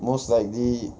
most likely